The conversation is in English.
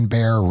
Bear